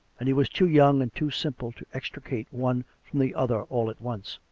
and he was too young and too simple to extricate one from the other all at once.